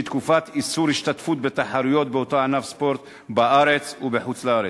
שהיא תקופת איסור השתתפות בתחרויות באותו ענף ספורט בארץ או בחוץ-לארץ,